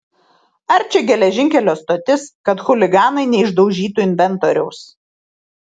ar čia geležinkelio stotis kad chuliganai neišdaužytų inventoriaus